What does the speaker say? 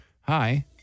Hi